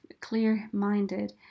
clear-minded